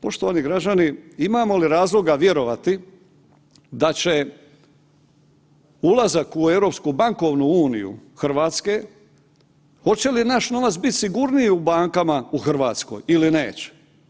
Poštovani građani, imamo li razloga vjerovati da će ulazak u Europsku bankovnu uniju Hrvatske, hoće li naš novac bit sigurniji u bankama u Hrvatskoj ili neće?